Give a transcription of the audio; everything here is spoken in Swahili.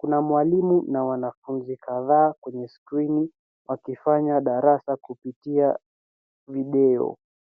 Kuna mwalimu na wanafunzi kadhaa kwenye skrini wakifanya darasa kupitia video.